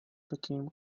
became